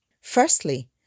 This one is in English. Firstly